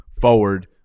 forward